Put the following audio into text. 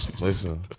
Listen